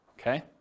okay